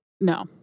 No